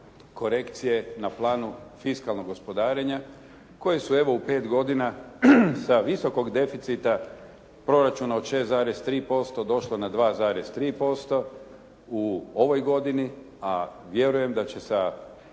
korekcije na planu fiskalnog gospodarenja koje su evo, u 5 godina sa visokog deficita proračuna od 6,3% došle na 2,3% u ovoj godini, a vjerujem da će sa